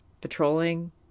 patrolling